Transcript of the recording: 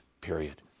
period